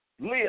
live